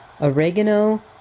oregano